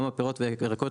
גם בפירות והירקות,